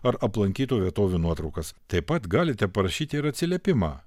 ar aplankytų vietovių nuotraukas taip pat galite parašyti ir atsiliepimą